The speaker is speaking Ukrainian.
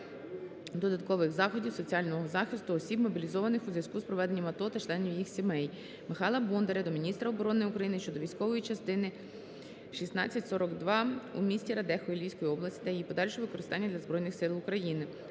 додаткових заходів соціального захисту осіб, мобілізованих у зв'язку з проведенням АТО та членів їх сімей. Михайла Бондаря до міністра оборони України щодо військової частини 1642 у місті Радехові Львівської області та її подальшого використання для Збройних Сил України.